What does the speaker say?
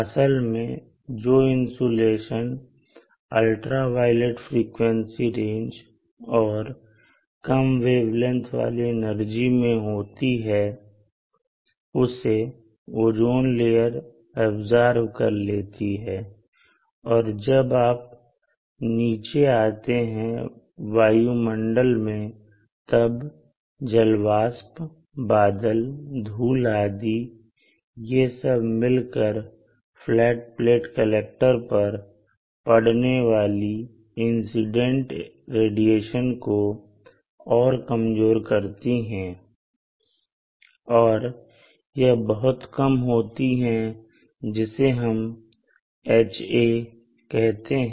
असल में जो इंसुलेशन अल्ट्रावायलेट फ्रीक्वेंसी रेंज और कम वेवलेंथ वाली एनर्जी में होती है उसे ओजोन लेयर ऐब्सॉर्ब कर लेती है और जब आप नीचे आते हैं वायुमंडल में तब जलवाष्प बादल धूल आदि यह सब भी मिलकर फ्लैट प्लेट कलेक्टर पर पढ़ने वाली इंसिडेंट रेडिएशन को और कमजोर करती है और यह बहुत कम होती है जिसे हम Ha कहते हैं